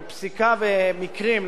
ופסיקה במקרים,